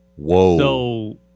whoa